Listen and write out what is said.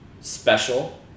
special